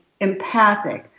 empathic